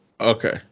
Okay